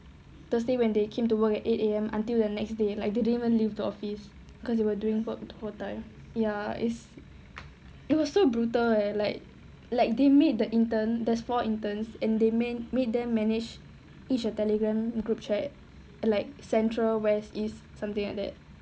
thursday when they came to work at eight A_M until the next day like they didn't even leave the office because they were doing work full time ya it's it was so brutal eh like like they made the intern the small interns and they mend and they make them manage each a Telegram group chat and like central west east something like that